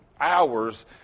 hours